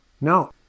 No